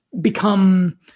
become